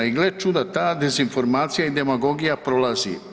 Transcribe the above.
I gle čuda, ta dezinformacija i demagogija prolazi.